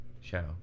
show